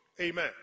Amen